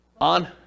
On